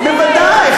בוודאי,